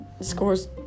Scores